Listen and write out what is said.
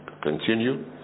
continue